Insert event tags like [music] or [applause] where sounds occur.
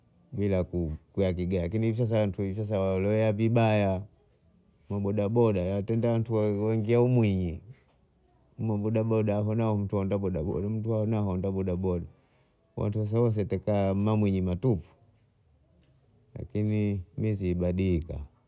Bila ku- kuhitaji gari lakini hivi sasa watu [hesitation] waloea vibaya maboda boda yatendatu [hesitation] yaingia humwinyi maboda boda nao n'tonda boda boda mtu natonda boda boda